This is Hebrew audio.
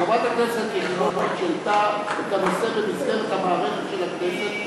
חברת הכנסת יחימוביץ העלתה את הנושא במסגרת המערכת של הכנסת,